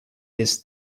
his